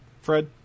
Fred